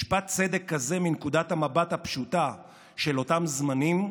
משפט צדק כזה, מנקודת המבט הפשוטה של אותם זמנים,